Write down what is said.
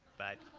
but.